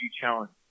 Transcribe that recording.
challenge